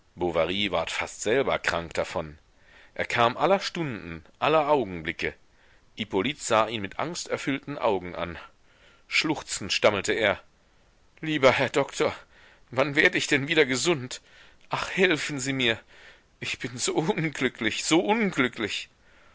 bovary ward fast selber krank davon er kam aller stunden aller augenblicke hippolyt sah ihn mit angsterfüllten augen an schluchzend stammelte er lieber herr doktor wann werd ich denn wieder gesund ach helfen sie mir ich bin so unglücklich so unglücklich